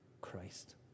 Christ